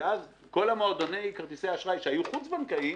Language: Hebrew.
ואז כל מועדוני כרטיסי האשראי שהיו חוץ בנקאיים